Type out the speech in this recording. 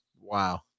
Wow